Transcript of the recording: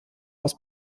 aus